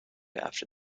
after